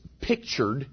pictured